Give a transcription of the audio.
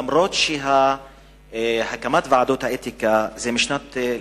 למרות שהקמת ועדות האתיקה זה משנת,